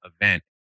event